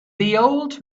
old